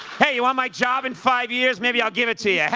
hey, you want my job in five years? maybe i'll give it to you, yeah